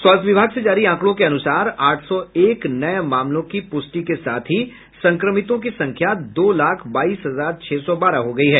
स्वास्थ्य विभाग से जारी आंकड़ों के अनुसार आठ सौ एक नये मामलों की पुष्टि के साथ ही संक्रमितों की संख्या दो लाख बाईस हजार छह सौ बारह हो गयी है